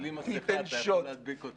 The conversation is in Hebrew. בלי מסיכה אתה יכול להדביק אותי.